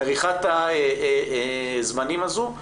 מריחת הזמנים הזו.